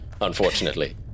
Unfortunately